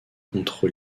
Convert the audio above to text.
contre